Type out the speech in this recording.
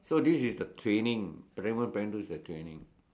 so this is the training primary one primary two is the training